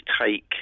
take